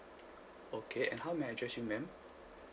okay and how may I address you ma'am